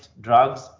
drugs